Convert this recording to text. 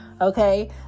okay